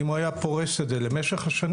אם הוא היה פורס את זה לאורך השנים,